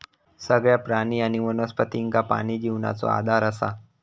सगळ्या प्राणी आणि वनस्पतींका पाणी जिवनाचो आधार असा